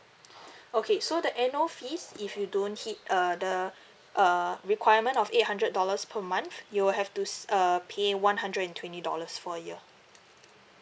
okay so the annual fees if you don't hit uh the uh requirement of eight hundred dollars per month you will have to s~ uh pay one hundred and twenty dollars for a year